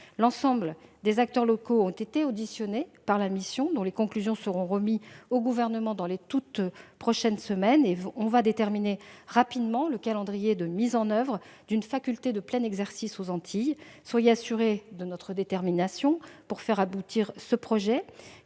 L'ensemble des acteurs locaux ont été auditionnés par la mission, dont les conclusions seront remises au Gouvernement dans les prochaines semaines. Ainsi, nous pourrons déterminer rapidement le calendrier de mise en oeuvre de cette faculté de plein exercice aux Antilles. Madame la sénatrice, soyez assurée de notre détermination à faire aboutir ce projet,